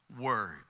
word